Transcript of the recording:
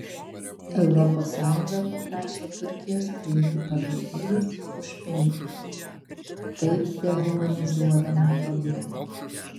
europos sąjunga paprašė turkijos priimti pabėgėlius už pinigus taip dehumanizuodama problemą